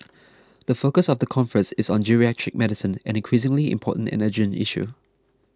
the focus of the conference is on geriatric medicine an increasingly important and urgent issue